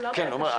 לכולם היה קשה,